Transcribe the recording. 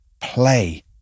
play